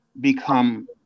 become